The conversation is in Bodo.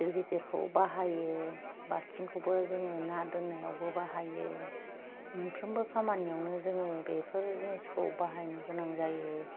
दो गिदिरखौ बाहायो बालथिंखौबो जोङो ना दोननायावबो बाहायो मोनफ्रोमबो खामानियावनो जोङो बेफोर जिनसखौ बाहायनो गोनां जायो